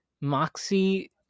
Moxie